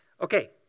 okay